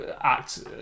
act